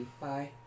Bye